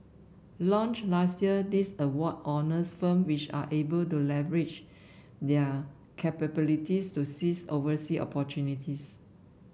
launched last year this award honours firm which are able to leverage their capabilities to seize oversea opportunities